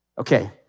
Okay